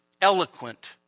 eloquent